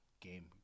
game